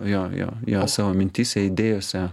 jo jo jo savo mintyse idėjose